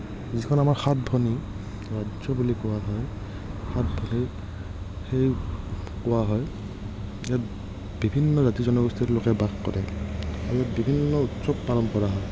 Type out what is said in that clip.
যিখন আমাৰ সাত ভনীৰ ৰাজ্য বুলি কোৱা হয় সাত ভনীৰ সেই কোৱা হয় ইয়াত বিভিন্ন জাতি জনগোষ্ঠীৰ লোকে বাস কৰে আৰু বিভিন্ন উৎসৱ পালন কৰা হয়